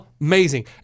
Amazing